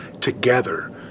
together